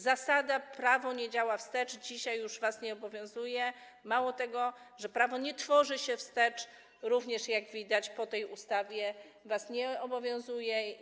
Zasada, że prawo nie działa wstecz, dzisiaj już was nie obowiązuje, mało tego - to, że prawa nie tworzy się wstecz, również, jak widać po tej ustawie, was nie obowiązuje.